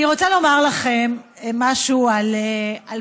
אני רוצה לומר לכם משהו על פריימריז,